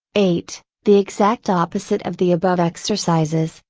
eight the exact opposite of the above exercises,